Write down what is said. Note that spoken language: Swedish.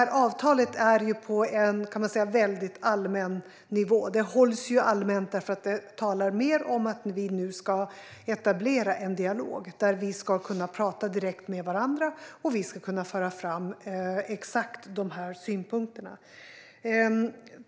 Avtalet är väldigt allmänt hållet och talar om att vi nu ska etablera en dialog för att kunna tala direkt med varandra och föra fram exakt dessa synpunkter.